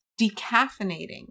decaffeinating